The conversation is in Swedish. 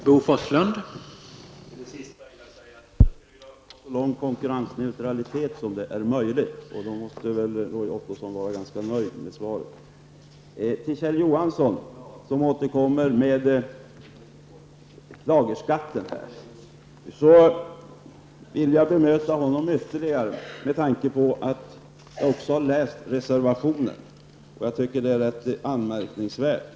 Herr talman! Beträffande det sista vill jag säga att jag vill ha konkurrensneutralitet så långt som möjligt. Roy Ottosson måste väl vara ganska nöjd med svaret. Kjell Johansson, som återkommer till lagerskatten, vill jag bemöta ytterligare med tanke på reservationen. Jag tycker att den är rätt anmärkningsvärd.